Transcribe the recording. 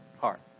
Heart